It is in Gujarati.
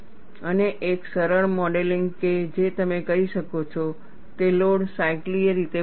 અને એક સરળ મોડેલિંગ કે જે તમે કરી શકો છો તે લોડ સાયકલીય રીતે બદલાય છે